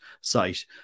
site